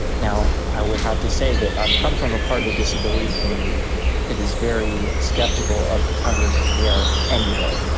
now i would have to say that um come from a part of the disability community that is very skeptical of congregate care anyway.